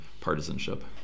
partisanship